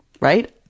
right